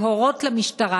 להורות למשטרה,